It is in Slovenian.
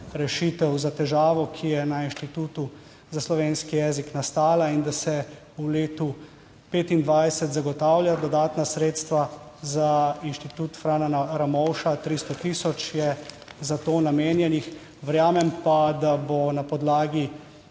rešitev za težavo, ki je na Inštitutu za slovenski jezik nastala, in da se v letu 2025 zagotavlja dodatna sredstva za Inštitut Frana Ramovša, 300 tisoč je za to namenjenih. Verjamem pa, da bo na podlagi